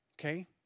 Okay